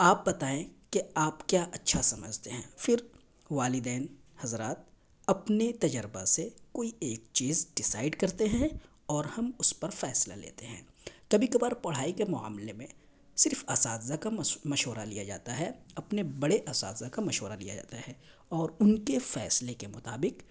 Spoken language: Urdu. تو آپ بتائیں کہ آپ کیا اچھا سمجھتے ہیں پھر والدین حضرات اپنے تجربہ سے کوئی ایک چیز ڈیسائڈ کرتے ہیں اور ہم اس پر فیصلہ لیتے ہیں کبھی کبھار پڑھائی کے معاملہ میں صرف اساتذہ کا مشورہ لیا جاتا ہے اپنے بڑے اساتذہ کا مشورہ لیا جاتا ہے اور ان کے فیصلے کے مطابق